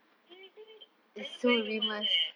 is it I love wearing the mask eh